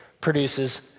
produces